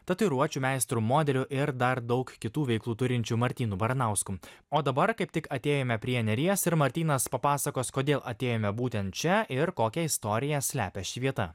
tatuiruočių meistru modeliu ir dar daug kitų veiklų turinčiu martynu baranausku o dabar kaip tik atėjome prie neries ir martynas papasakos kodėl atėjome būtent čia ir kokią istoriją slepia ši vieta